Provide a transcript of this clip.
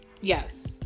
Yes